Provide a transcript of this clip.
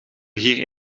hier